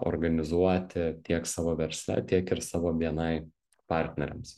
organizuoti tiek savo versle tiek ir savo bni partneriams